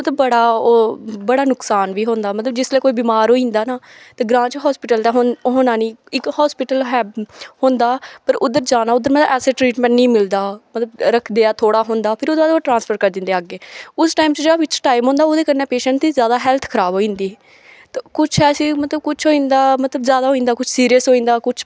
मतलब बड़ा ओह् बड़ा नुकसान बी होंदा मतलब जिसलै कोई बिमार होई जंदा न ते ग्रांऽ च हास्पिटल दा होना नेईं इक हास्पिटल ऐ होंदा पर उद्धर जाना उद्धर में ऐसा ट्रीटमेंट नेईं मिलदा मतलब रखदे ऐ थोह्ड़ा होंदा फिर ओह्दे बाद ओह् ट्रांसफर करी दिंदे उस टाइम च जेह्ड़ा बिच्च टाइम होंदा ओह्दे कन्नै पेशेंट दी ज्यादा हैल्थ खराब होई जंदी ते कुछ ऐसा कुछ होई जंदा मतलब ज्यादा होई जंदा मतलब कुछ सीरियस होई जंदा